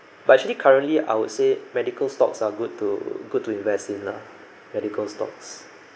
but actually currently I would say medical stocks are good to good to invest in lah medical stocks